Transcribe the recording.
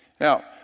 Now